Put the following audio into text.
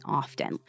often